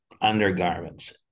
undergarments